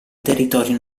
territorio